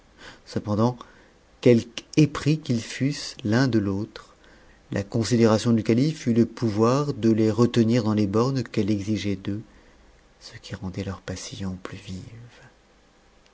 cependant quelque épris qu'ils fussent l'un de l'autre la considération du catifë eut le pouvoir de les retenir dans les bornes qu'elle exigeait d'eux ce qui rendait leur passion plus vive